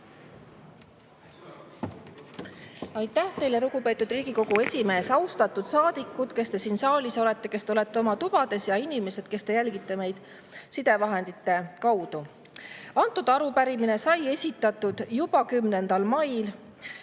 Aitäh teile, lugupeetud Riigikogu esimees! Austatud saadikud, kes te siin saalis olete ja kes te olete oma tubades, ning inimesed, kes te jälgite meid sidevahendite kaudu! Arupärimine sai esitatud juba 10. mail